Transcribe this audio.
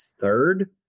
third